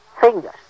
fingers